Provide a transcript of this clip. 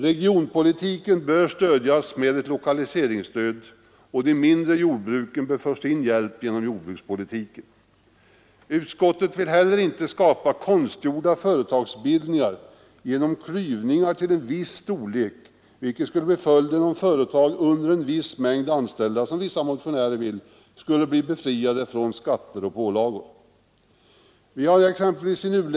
Regionalpolitiken bör stödjas med lokaliseringsstöd, och de mindre jordbruken bör få sin hjälp genom jordbrukspolitiken. Utskottet vill heller inte skapa konstgjorda företagsbildningar genom klyvningar till en viss storlek, vilket kunde bli följden om företag med under en viss mängd anställda skulle bli fria från skatter eller pålagor, vilket vissa motionärer vill.